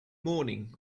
morning